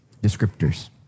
descriptors